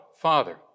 Father